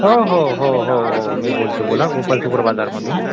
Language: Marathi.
हो हो हो हो हो मी बोलतो बोला गोपाल सुपर बाजार मधून